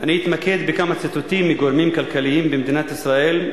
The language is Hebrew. אני אתמקד בכמה ציטוטים מגורמים כלכליים במדינת ישראל,